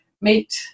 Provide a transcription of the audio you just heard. meet